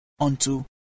unto